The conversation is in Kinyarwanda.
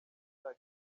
isaga